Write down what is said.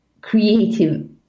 creative